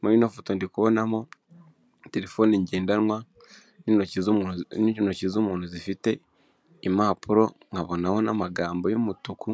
Muri ino foto ndi kubonamo telefone ngendanwa n'intoki z'umuntu zifite impapuro nkabonaho n'amagambo y'umutuku